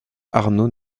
arnaud